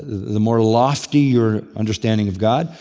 the more lofty your understanding of god,